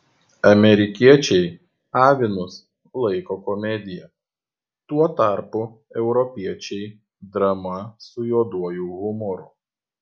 amerikiečiai avinus laiko komedija tuo tarpu europiečiai drama su juoduoju humoru